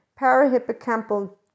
parahippocampal